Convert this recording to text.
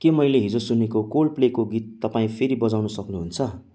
के मैले हिजो सुनेको कोल्ड प्लेको गीत तपाईँ फेरि बजाउन सक्नुहुन्छ